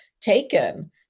taken